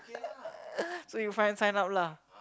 so you find sign up lah